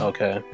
Okay